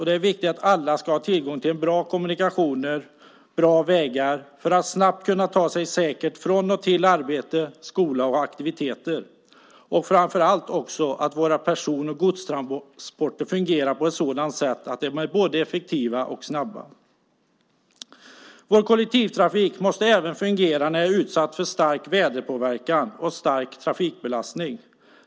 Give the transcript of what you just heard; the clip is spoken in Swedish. Det är viktigt att alla har tillgång till bra kommunikationer och bra vägar så att man snabbt och säkert kan ta sig till och från arbete, skola och aktiviteter. Det är också viktigt att våra person och godstransporter fungerar både effektivt och snabbt. Vår kollektivtrafik måste fungera även när den är utsatt för stark väderpåverkan och stark trafikbelastning.